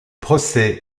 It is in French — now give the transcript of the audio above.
procès